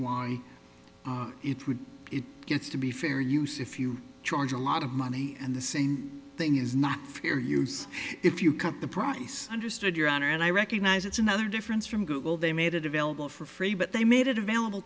why it gets to be fair use if you charge a lot of money and the same thing is not fair use if you cut the price understood your honor and i recognize it's another difference from google they made it available for free but they made it available